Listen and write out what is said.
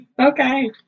Okay